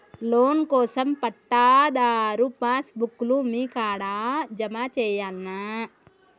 Loan కోసం పట్టాదారు passbook లు మీ కాడా జమ చేయల్నా?